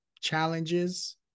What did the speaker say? challenges